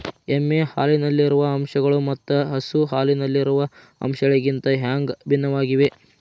ಎಮ್ಮೆ ಹಾಲಿನಲ್ಲಿರುವ ಅಂಶಗಳು ಮತ್ತ ಹಸು ಹಾಲಿನಲ್ಲಿರುವ ಅಂಶಗಳಿಗಿಂತ ಹ್ಯಾಂಗ ಭಿನ್ನವಾಗಿವೆ?